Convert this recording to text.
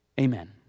Amen